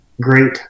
great